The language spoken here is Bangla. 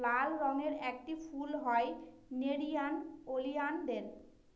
লাল রঙের একটি ফুল হয় নেরিয়াম ওলিয়ানদের